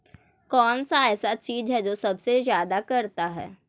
कौन सा ऐसा चीज है जो सबसे ज्यादा करता है?